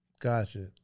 Gotcha